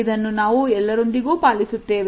ಇದನ್ನು ನಾವು ಎಲ್ಲರೊಂದಿಗೂ ಪಾಲಿಸುತ್ತೇವೆ